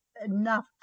enough